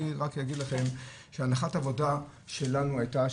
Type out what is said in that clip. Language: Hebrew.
אני רק אגיד לכם שהנחת העבודה שלנו הייתה,